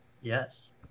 Yes